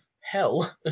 hell